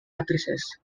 addresses